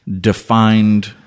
defined